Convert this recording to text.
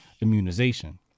immunization